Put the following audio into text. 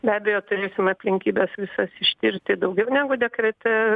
be abejo turėsim aplinkybes visas ištirti daugiau negu dekrete